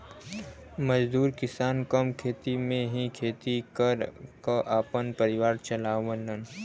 मजदूर किसान कम खेत में ही खेती कर क आपन परिवार चलावलन